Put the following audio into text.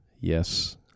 yes